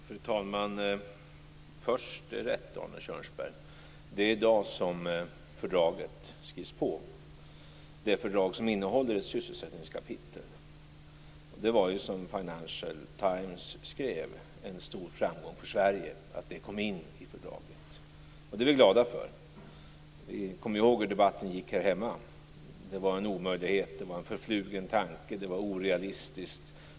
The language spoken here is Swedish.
Fru talman! Det är rätt, Arne Kjörnsberg, att det är i dag som fördraget skrivs på, och detta fördrag innehåller ett sysselsättningskapitel. Det var ju, som Financial Times skrev, en stor framgång för Sverige att det kom in i fördraget. Det är vi glada för. Vi kommer ju ihåg hur debatten gick här hemma. Det var en omöjlighet, det var en förflugen tanke och det var orealistiskt.